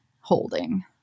holding